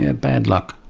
ah bad luck.